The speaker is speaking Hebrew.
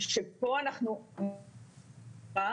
אני רואה.